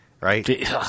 right